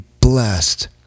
blessed